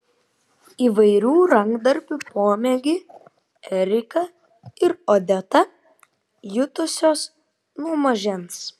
įvairių rankdarbių pomėgį erika ir odeta jutusios nuo mažens